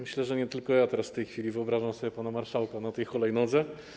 Myślę, że nie tylko ja w tej chwili wyobrażam sobie pana marszałka na tej hulajnodze.